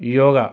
yoga